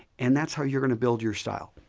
and thatis how youire going to build your style.